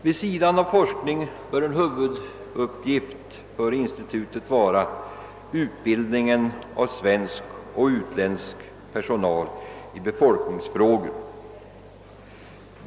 Vid sidan av forskning bör en huvuduppgift för institutet vara utbildningen av svensk och utländsk personal i befolkningsfrågor.